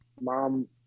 Mom